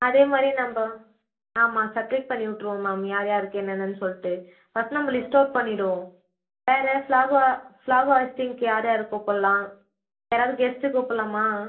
அதே மாதிரி நம்ம ஆமாம் செப்ரேட் பண்ணி விட்ருவோம் மேம் யார் யாருக்கு என்னென்று சொல்லிட்டு ஃபஸ்ட் நம்ம லிஸ்ட் அவுட் பண்ணிவிடுவோம் வேறு ஃப்ளாக்காக ஃப்ளாக் ஆய்ஸ்ட்டிங்க்கு யார் யாரை கூப்பிட்லாம் யாராவது கெஸ்ட்டு கூப்பிட்லாமா